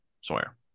Sawyer